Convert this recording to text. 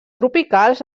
tropicals